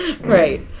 Right